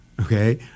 okay